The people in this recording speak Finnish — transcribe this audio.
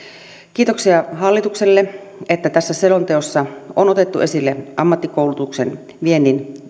kiitoksia hallitukselle että tässä selonteossa on otettu esille ammattikoulutuksen viennin